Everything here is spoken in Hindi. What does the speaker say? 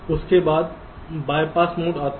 उसके बाद BYPASS मोड आता है